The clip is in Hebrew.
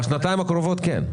בשנתיים הקרובות, כן.